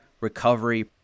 recovery